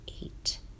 eight